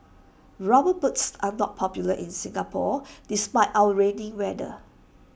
rubber boots are not popular in Singapore despite our rainy weather